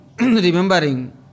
remembering